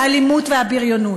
האלימות והבריונות?